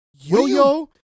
yo-yo